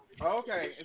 Okay